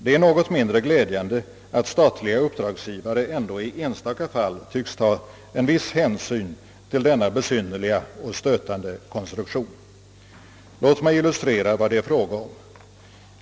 Det är något mindre glädjande att statliga uppdragsgivare ändå i enstaka fall tycks ta en viss hänsyn till denna besynnerliga och stötande konstruktion. Låt mig illustrera vad det är fråga om.